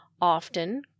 Often